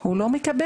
הוא לא מקבל.